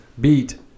beat